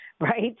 right